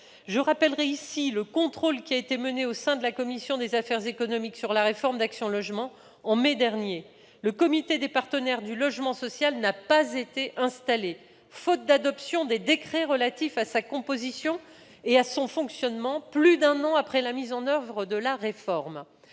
Je rappellerai le contrôle qu'a mené la commission des affaires économiques sur la réforme d'Action Logement en mai dernier. Le comité des partenaires du logement social n'a pas été installé, faute de publication des décrets relatifs à sa composition et à son fonctionnement, plus d'un an après la mise en oeuvre de la réforme.